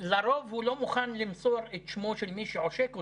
ולרוב הוא לא מוכן את שמו של מי שעושק אותו,